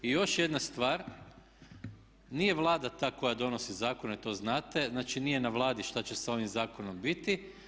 I još jedna stvar nije Vlada ta koja donosi zakone, to znate, znači nije na Vladi što će s ovim zakonom biti.